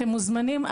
אתם מוזמנים.